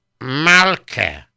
Malke